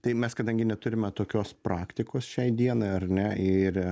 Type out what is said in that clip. tai mes kadangi neturime tokios praktikos šiai dienai ar ne ir